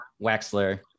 Waxler